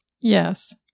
Yes